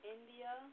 India